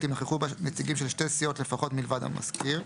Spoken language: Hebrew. אם נכחו בה נציבים של שתי סיעות לפחות מלבד המזכיר,